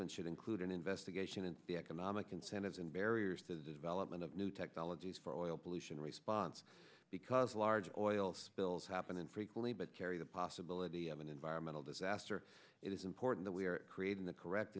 should include an investigation into the economic incentives and barriers to the development of new technologies for oil pollution response because large oil spills happen infrequently but carry the possibility of an environmental disaster it is important that we are creating the correct